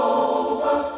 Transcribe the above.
over